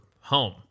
home